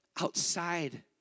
outside